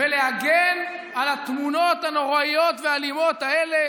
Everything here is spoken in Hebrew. ולהגן על התמונות הנוראיות והאלימות האלה?